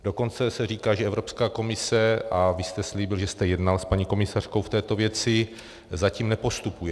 Dokonce se říká, že Evropská komise a vy jste slíbil, že jste jednal s paní komisařkou v této věci zatím nepostupuje.